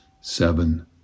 seven